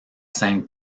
scène